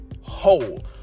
whole